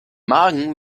magen